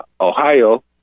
Ohio